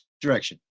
direction